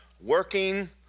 working